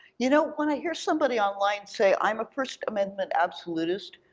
you know, when i hear somebody online say, i'm a first amendment absolutist,